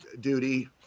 duty